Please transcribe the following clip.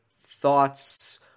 thoughts